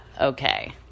okay